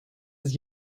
het